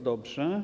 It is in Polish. Dobrze.